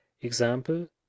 Example